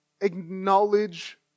acknowledge